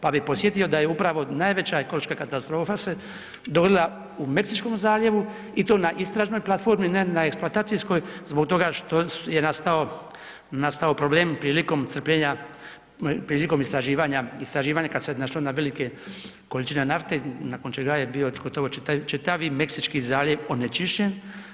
Pa bi podsjetio da je upravo najveća ekološka katastrofa se dogodila u Meksičkom zaljevu i to na istražnoj platformi, ne na eksploatacijskoj zbog toga što je nastao problem prilikom crpljenja, prilikom istraživanja kad se naišlo na velike količine nafte nakon čega je bio gotovo čitavi Meksički zaljev onečišćen.